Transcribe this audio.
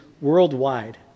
worldwide